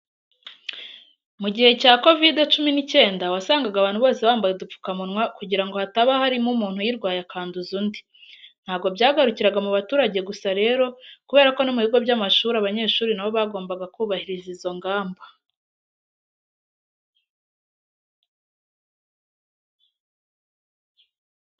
Mu gihe cya Covid cumi n'icyenda wasangaga abantu bose bambaye udupfukamunwa kugira ngo hataba harimo umuntu uyirwaye akanduza undi. Ntabwo byagarukiraga mu baturage gusa rero kubera ko no mu bigo by'amashuri abanyeshuri na bo bagombaga kubahiriza izo ngamba.